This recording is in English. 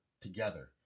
together